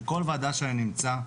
בכל ועדה שאני נמצא,